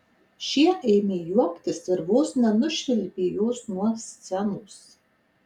šie ėmė juoktis ir vos nenušvilpė jos nuo scenos